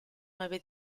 nueve